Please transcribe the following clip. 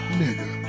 nigga